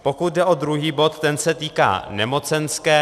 Pokud jde o druhý bod, ten se týká nemocenské.